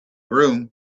room